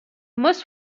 most